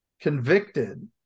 convicted